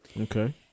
Okay